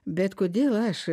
bet kodėl aš